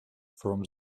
from